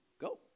go